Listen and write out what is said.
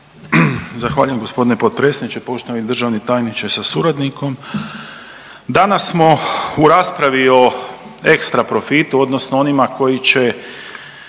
Zahvaljujem g. potpredsjedniče, poštovani državni tajniče sa suradnikom. Danas smo u raspravi o ekstra profitu odnosno onima koji će